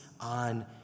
on